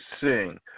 sing